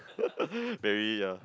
very uh